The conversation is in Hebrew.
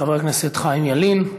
חבר הכנסת חיים ילין,